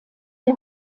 der